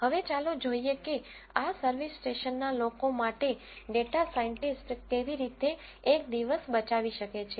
હવે ચાલો જોઈએ કે આ સર્વિસ સ્ટેશનના લોકો માટે ડેટા સાઈનટીસ્ટ કેવી રીતે એક દિવસ બચાવી શકે છે